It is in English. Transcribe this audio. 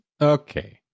Okay